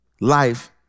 Life